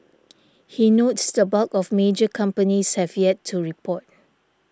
he notes the bulk of major companies have yet to report